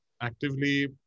actively